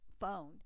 phone